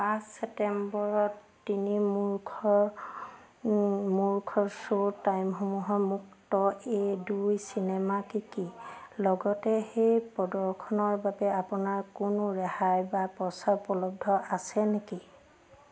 পাঁচ ছেপ্টেম্বৰত তিনি মূৰ্খৰ মূৰ্খৰ শ্ব' টাইমসমূহৰ মুক্ত এ দুই চিনেমা কি কি লগতে সেই প্ৰদৰ্শনৰ বাবে আপোনাৰ কোনো ৰেহাই বা প্ৰচাৰ উপলব্ধ আছে নেকি